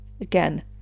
Again